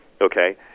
okay